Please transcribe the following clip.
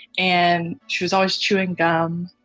and she was always chewing gum,